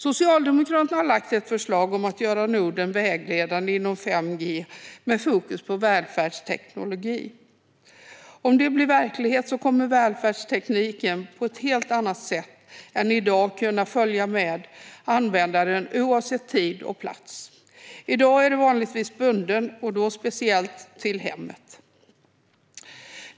Socialdemokraterna har lagt fram ett förslag om att göra Norden vägledande inom 5G med fokus på välfärdsteknologi. Om det blir verklighet kommer välfärdstekniken på ett helt annat sätt än i dag att kunna följa med användaren oavsett tid och plats. I dag är tekniken vanligtvis bunden, oftast till hemmet.